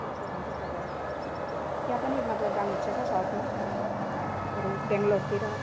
के पो भन्छ त्यसलाई त्यहाँ पनि मतलब जानु इच्छा छ साउथमा अरू बेङ्लोरतिर